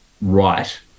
right